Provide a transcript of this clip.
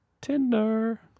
tinder